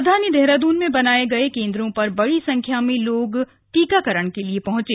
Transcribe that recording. राजधानी देहरादून में बनाए गए केन्द्रों पर बड़ी संख्या में लोग टीकाकरण के लिए पहंचे